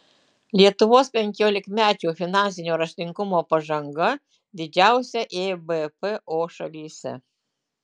lietuvos penkiolikmečių finansinio raštingumo pažanga didžiausia ebpo šalyse